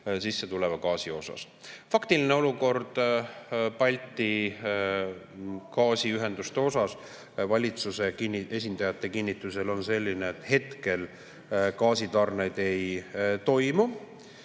sissetuleva gaasi kohta. Faktiline olukord Balti gaasiühenduste puhul on valitsuse esindajate kinnitusel selline, et hetkel gaasitarneid ei toimu.